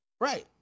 Right